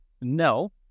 No